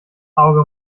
auge